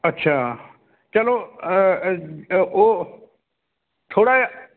ਅੱਛਾ ਚਲੋ ਉਹ ਥੋੜ੍ਹਾ